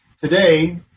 today